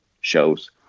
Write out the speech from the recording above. shows